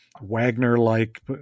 Wagner-like